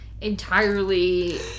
entirely